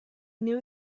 knew